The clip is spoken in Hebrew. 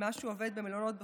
אם משהו עובד במלונות בחו"ל,